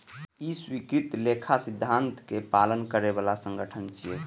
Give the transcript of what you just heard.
ई स्वीकृत लेखा सिद्धांतक पालन करै बला संगठन छियै